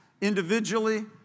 Individually